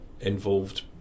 involved